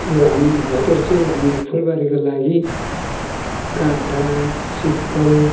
यो हामी हतियार चाहिँ हामी फुलबारीको लागि काँटा सिक्कल